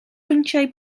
pwyntiau